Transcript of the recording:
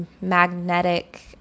magnetic